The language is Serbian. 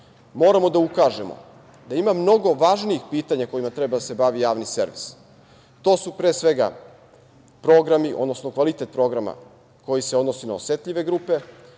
moramo da ukažemo da ima mnogo važnijih pitanja kojima treba da se bavi javni servis. To je, pre svega, kvalitet programa koji se odnosi na osetljive grupe,